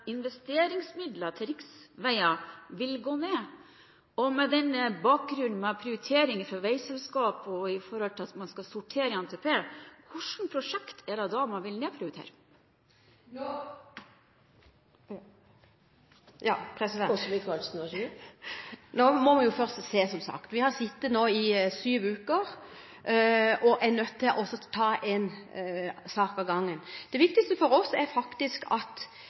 investeringsmidler til riksveier vil gå ned? Og med bakgrunn i prioritering av veiselskap og sortering av prosjekt i NTP: Hvilke prosjekt er det da man vil nedprioritere? Nå må vi først se, som sagt. Vi har sittet i syv uker og er nødt til å ta en sak om gangen. Det viktigste for oss er faktisk at